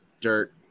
dirt